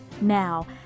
now